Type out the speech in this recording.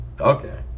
Okay